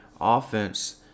offense